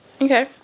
Okay